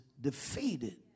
defeated